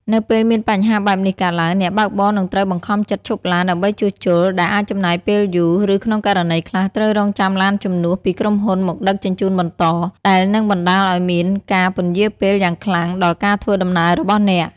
នៅពេលមានបញ្ហាបែបនេះកើតឡើង អ្នកបើកបរនឹងត្រូវបង្ខំចិត្តឈប់ឡានដើម្បីជួសជុល ដែលអាចចំណាយពេលយូរ ឬក្នុងករណីខ្លះ ត្រូវរង់ចាំឡានជំនួសពីក្រុមហ៊ុនមកដឹកជញ្ជូនបន្ត ដែលនឹងបណ្ដាលឱ្យមានការពន្យារពេលយ៉ាងខ្លាំងដល់ការធ្វើដំណើររបស់អ្នក។